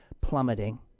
plummeting